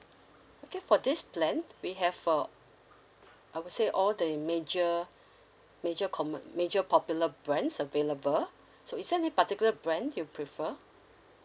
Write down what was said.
okay for this plan we have a I would say all the major major common major popular brands available so is there any particular brand you prefer